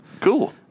Cool